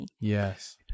Yes